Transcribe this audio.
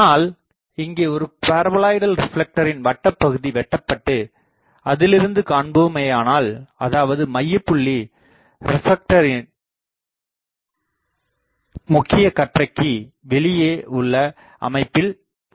ஆனால் இங்கே ஒரு பரபோலாய்டல் ரிப்லெக்டரின் வட்டப் பகுதி வெட்டப்பட்டு அதிலிருந்து காண்போமேயானால் அதாவது மையப் புள்ளி ரிப்லெக்டரின் முக்கிய கற்றைக்கு வெளியே உள்ள அமைப்பில் உள்ளது